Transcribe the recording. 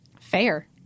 Fair